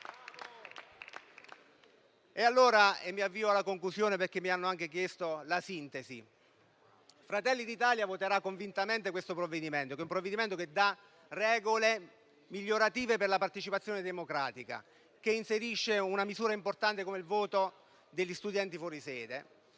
Mi avvio alla conclusione, perché mi hanno anche chiesto di essere sintetico. Fratelli d'Italia voterà convintamente questo provvedimento, che dà regole migliorative per la partecipazione democratica e inserisce una misura importante come il voto degli studenti fuori sede